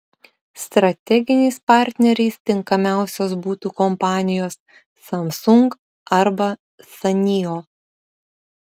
strateginiais partneriais tinkamiausios būtų kompanijos samsung arba sanyo